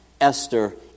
Esther